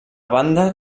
banda